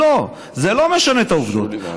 לא, זה לא משנה את העובדות.